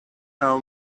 how